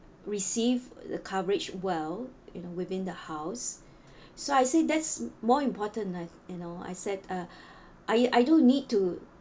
receive the coverage well in within the house so I say that's more important I you know I said uh I I don't need to